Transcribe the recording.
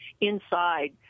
inside